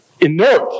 inert